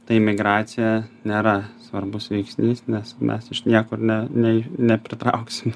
tai migracija nėra svarbus veiksnys nes mes iš niekur ne nei nepritrauksim